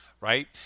Right